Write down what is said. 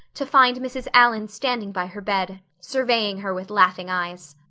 to find mrs. allan standing by her bed, surveying her with laughing eyes.